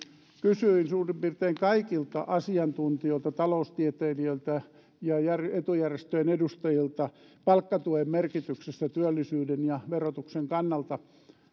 kysyin suurin piirtein kaikilta asiantuntijoilta taloustieteilijöiltä ja ja etujärjestöjen edustajilta palkkatuen merkityksestä työllisyyden ja verotuksen kannalta